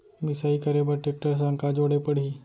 मिसाई करे बर टेकटर संग का जोड़े पड़ही?